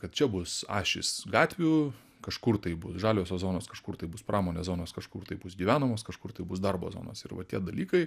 kad čia bus ašys gatvių kažkur tai bus žaliosios zonos kažkur tai bus pramonės zonos kažkur taip bus gyvenamos kažkur tai bus darbo zonos ir va tie dalykai